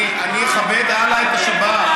אני אכבד הלאה את השבת,